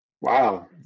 Wow